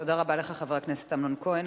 תודה רבה לך, חבר הכנסת אמנון כהן.